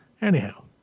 anyhow